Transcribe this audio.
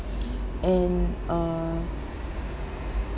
and uh